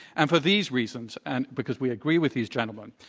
andfor these reasons, and because we agree with these gentlemen,